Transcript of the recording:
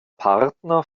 partner